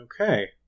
Okay